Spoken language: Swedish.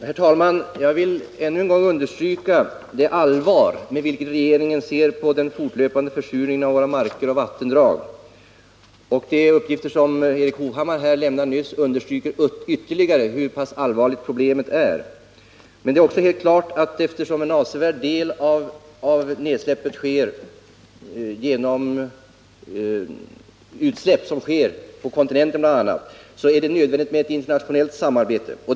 Herr talman! Jag vill ännu en gång understryka det allvar med vilket regeringen ser på den fortlöpande försurningen av våra marker och vattendrag. De uppgifter som Erik Hovhammar lämnade här nyss understryker ytterligare hur pass allvarligt problemet är. Men det är också helt klart att, eftersom en avsevärd del av utsläppen sker bl.a. på kontinenten, det är nödvändigt med ett internationellt samarbete.